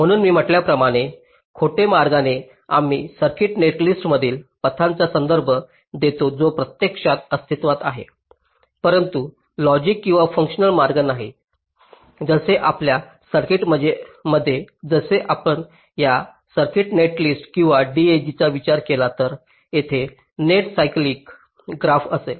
म्हणून मी म्हटल्याप्रमाणे खोटे मार्गाने आम्ही सर्किट नेटलिस्टमधील पथांचा संदर्भ देतो जो प्रत्यक्षात अस्तित्वात आहे परंतु लॉजिक किंवा फूंकशनल मार्ग नाहीत जसे आपल्या सर्किटमध्ये जसे आपण या सर्किट नेटलिस्ट किंवा DAG चा विचार केला तर तेथे थेट सायक्लीक ग्राफ असेल